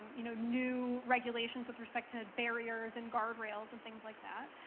you know, new regulations with respect to barriers and guard rails and things like that.